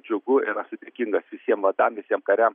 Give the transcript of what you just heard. džiugu ir esu dėkingas visiem vadam visiem kariam